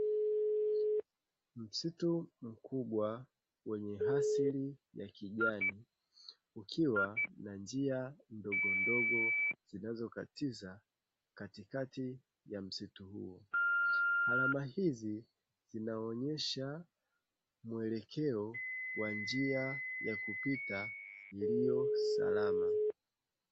Msitu mkubwa wenye nyasi za kijani ikiwa na njia ndogo ndogo zilizokatiza katikati ya msitu huu. Alama hizi zinzoonesha muelekeo wa njia na kupita salama.